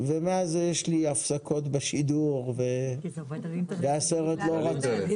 ומאז יש לי הפסקות בשידור והסרט לא רץ.